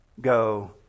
go